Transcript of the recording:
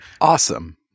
Awesome